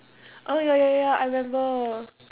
oh ya ya ya I remember